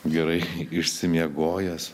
gerai išsimiegojęs